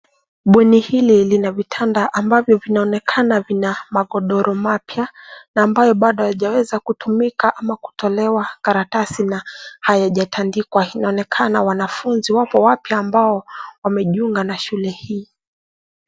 Bweni hili lina vitanda ambavyo vinaonekana vina magodoro mapya na ambayo bado hayajaweza kutumika ama kutolewa karatasi na hayajatandikwa. Inaonekana wanafuzi wapo wapya ambao wamejiunga na shule hii.